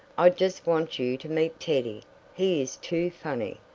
i just want you to meet teddy he is too funny!